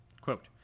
Quote